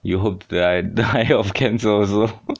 you hope that I die heard of cap also